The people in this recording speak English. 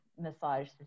massage